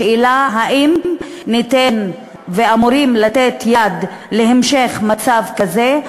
השאלה: האם ניתן, ואמורים לתת, יד להמשך מצב כזה?